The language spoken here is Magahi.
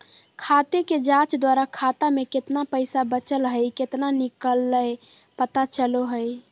खाते के जांच द्वारा खाता में केतना पैसा बचल हइ केतना निकलय पता चलो हइ